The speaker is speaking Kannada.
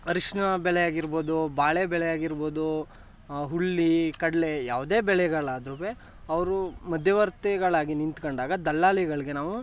ಅರಶಿಣ ಬೆಲೆ ಆಗಿರ್ಬೋದು ಬಾಳೆ ಬೆಳೆ ಆಗಿರ್ಬೋದು ಹುರುಳಿ ಕಡಲೆ ಯಾವುದೇ ಬೆಳೆಗಳಾದ್ರೂ ಅವರು ಮಧ್ಯವರ್ತಿಗಳಾಗಿ ನಿಂತ್ಕೊಂಡಾಗ ದಲ್ಲಾಳಿಗಳಿಗೆ ನಾವು